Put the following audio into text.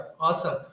awesome